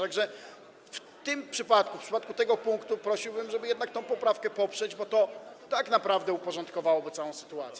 Tak że w tym przypadku, w przypadku tego punktu prosiłby, żeby jednak tę poprawkę poprzeć, bo to tak naprawdę uporządkowałoby całą sytuację.